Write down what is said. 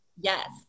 Yes